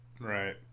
Right